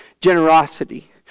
generosity